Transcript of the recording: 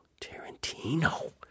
Tarantino –